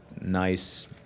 nice